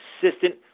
consistent